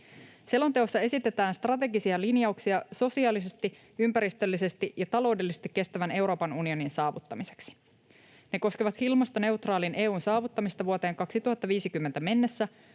Selonteossa esitetään strategisia linjauksia sosiaalisesti, ympäristöllisesti ja taloudellisesti kestävän Euroopan unionin saavuttamiseksi. Ne koskevat ilmastoneutraalin EU:n saavuttamista vuoteen 2050 mennessä,